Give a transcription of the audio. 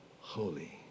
holy